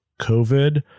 COVID